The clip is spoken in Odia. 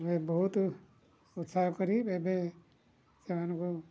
ଏବେ ବହୁତ ଉତ୍ସାହ କରି ଏବେ ସେମାନଙ୍କୁ